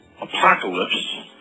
Apocalypse